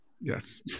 Yes